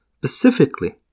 specifically